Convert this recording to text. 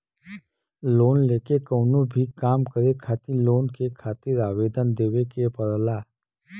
loan लेके कउनो भी काम करे खातिर लोन के खातिर आवेदन देवे के पड़ला